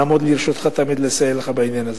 נעמוד לרשותך תמיד לסייע לך בעניין הזה.